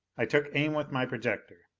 i took aim with my projector.